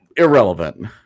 irrelevant